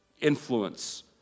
influence